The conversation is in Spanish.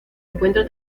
encuentra